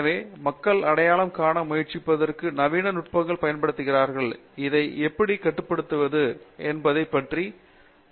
எனவே மக்கள் அடையாளம் காண முயற்சிப்பதற்கும் நவீன நுட்பங்களைப் பயன்படுத்துகிறார்கள் அதை எப்படி கட்டுப்படுத்துவது என்பதை பற்றி படிக்கிறார்கள்